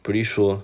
pretty sure